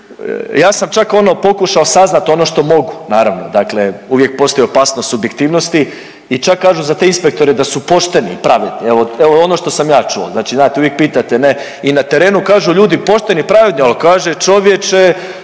ja sam čak ono pokušao saznati ono što mogu, naravno, dakle uvijek postoji opasnost subjektivnosti i čak kažu da te inspektore da su pošteni i pravedni, evo, ono što sam ja čuo, znači znate, uvijek pitate, ne, i na terenu kažu ljudi, pošteni i pravedni, ali kaže, čovječe,